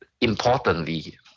importantly